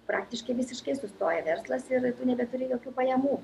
praktiškai visiškai sustoja verslas ir tu nebeturi jokių pajamų